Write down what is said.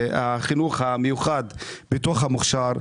החינוך המיוחד בתוך המוכשר.